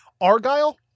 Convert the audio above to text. Argyle